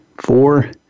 four